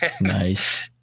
nice